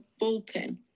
bullpen